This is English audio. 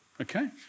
Okay